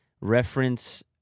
reference